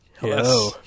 Hello